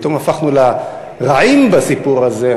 פתאום הפכנו לרעים בסיפור הזה,